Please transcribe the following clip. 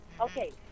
Okay